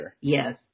Yes